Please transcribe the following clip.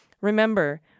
Remember